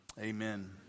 Amen